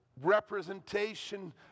representation